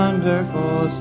wonderful